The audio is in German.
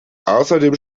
außerdem